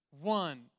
one